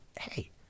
Hey